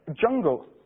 jungle